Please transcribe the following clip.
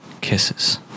kisses